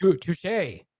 touche